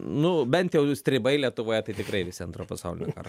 na bent jau jų stribai lietuvoje tai tikrai visi antro pasaulinio karo